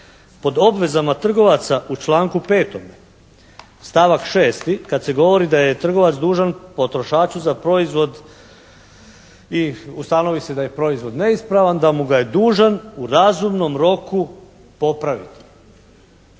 pod obvezama trgovaca u članku 5. stavak 6. kad se govori da je trgovac dužan potrošaču za proizvod i ustanovi se da je proizvod neispravan, da mu ga je dužan u razumnom roku popraviti.